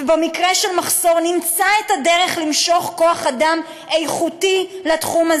ובמקרה של מחסור נמצא את הדרך למשוך כוח-אדם איכותי לתחום,